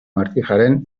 martijaren